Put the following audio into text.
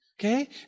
Okay